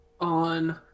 on